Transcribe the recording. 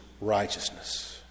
righteousness